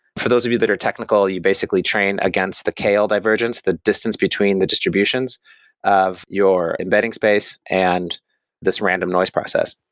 for those of you that are technical, you basically train against the kl divergence, the distance between the distributions of your embedding space and this random noise process.